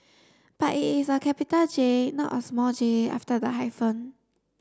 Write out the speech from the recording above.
but it is a capital J not a small j after the hyphen